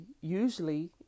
usually